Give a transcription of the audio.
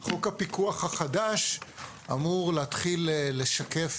חוק הפיקוח החדש אמור להתחיל לשקף